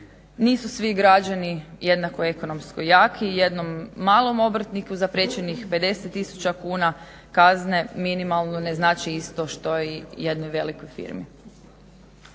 Nisu svi građani jednako ekonomsko jaki i jednom malom obrtniku zapriječenih 50 000 kuna kazne minimalno ne znači isto što i jednoj velikoj firmi.